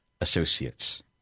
associates